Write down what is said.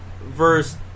verse